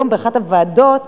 היום באחת הוועדות,